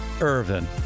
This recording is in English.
Irvin